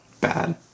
bad